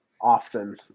often